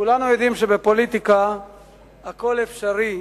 כולנו יודעים שבפוליטיקה הכול אפשרי,